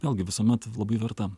vėlgi visuomet labai verta